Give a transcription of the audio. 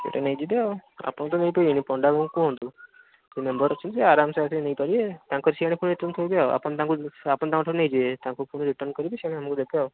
ସେଇଟା ନେଇଯିବେ ଆଉ ଆପଣ ତ ନେଇପାରିବେନି ପଣ୍ଡା ବାବୁଙ୍କୁ କୁହନ୍ତୁ ସିଏ ମେମ୍ବର୍ ଅଛନ୍ତି ସିଏ ଆରାମଶେ ଆସିକି ନେଇପାରିବେ ଆପଣ ତାଙ୍କଠୁ ନେଇଯିବେ ତାଙ୍କୁ ଫୁଣି ରିଟର୍ନ କରିବେ ସିଏ ଆମକୁ ଦେବେ ଆଉ